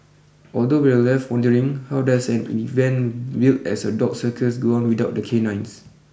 although we're left wondering how does an event billed as a dog circus go on without the canines